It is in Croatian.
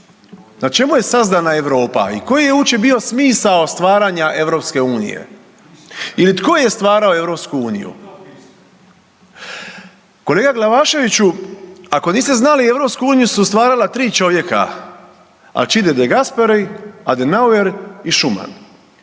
na čemu je sazdana Europa i koji je uopće bio smisao stvaranja EU ili tko je stvarao EU? Kolega Glavaševiću ako niste znali EU su stvarala tri čovjeka Alcide De Gasperi, Adenauer i Schuman